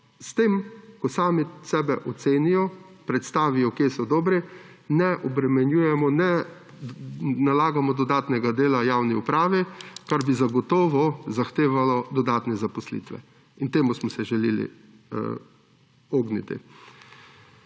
s tem ko sami sebe ocenijo, predstavijo, kje so dobri, ne obremenjujemo, ne nalagamo dodatnega dela javni upravi, kar bi zagotovo zahtevalo dodatne zaposlitve in temu smo se želeli ogniti.